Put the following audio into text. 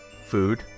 Food